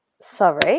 sorry